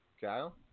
Kyle